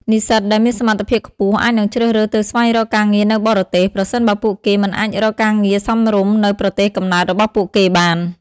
និស្សិតដែលមានសមត្ថភាពខ្ពស់អាចនឹងជ្រើសរើសទៅស្វែងរកការងារនៅបរទេស ប្រសិនបើពួកគេមិនអាចរកការងារសមរម្យនៅប្រទេសកំណើតរបស់ពួកគេបាន។